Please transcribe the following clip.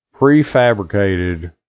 prefabricated